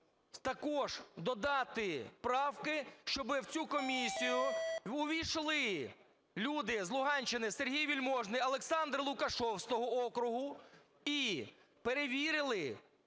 також додати правки, щоби в цю комісію увійшли люди з Луганщини: Сергій Вельможний, Олександр Лукашев з того округу, - і перевірили